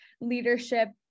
leadership